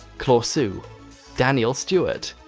clawsue daniel stewart,